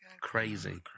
crazy